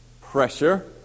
pressure